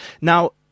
Now